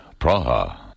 Praha